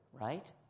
right